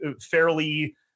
fairly